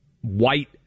white